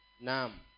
Nam